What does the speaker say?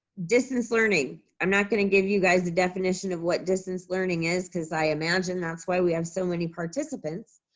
distance learning. i'm not gonna give you guys a definition of what distance learning is cause i imagine that's why we have so many participants.